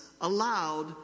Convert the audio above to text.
allowed